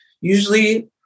usually